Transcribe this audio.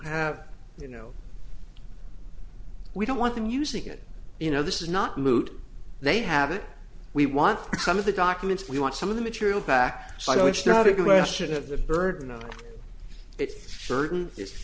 have you know we don't want them using it you know this is not moot they have it we want some of the documents we want some of the material back so it's not a question of the bird no it's certain it's